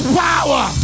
power